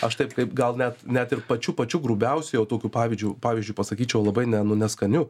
aš taip kaip gal net net ir pačiu pačiu grubiausiu jau tokiu pavydžiu pavyzdžiu pasakyčiau labai ne nu neskaniu